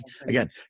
again